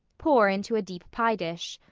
pour into a deep pie-dish.